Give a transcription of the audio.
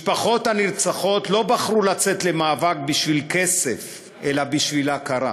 משפחות הנרצחות לא בחרו לצאת למאבק בשביל כסף אלא בשביל הכרה,